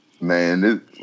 man